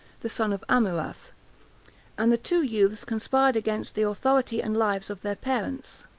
the son of amurath and the two youths conspired against the authority and lives of their parents.